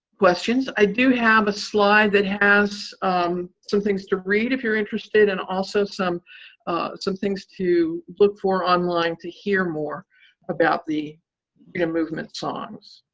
questions. i do have a slide that has some things to read, if you're interested, and also some some things to look for online to hear more about the freedom yeah movement songs.